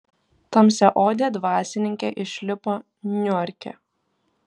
tamsiaodė dvasininkė išlipo niuarke